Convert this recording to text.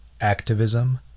activism